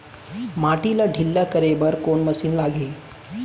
माटी ला ढिल्ला करे बर कोन मशीन लागही?